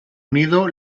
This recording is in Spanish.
unido